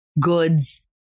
goods